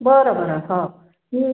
बरं बरं हो ठीक